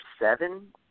seven